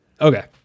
Okay